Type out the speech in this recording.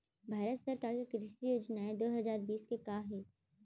भारत सरकार के कृषि योजनाएं दो हजार बीस के का हे?